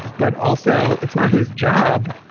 but also, it's not his job.